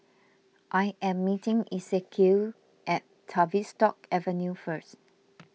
I am meeting Esequiel at Tavistock Avenue first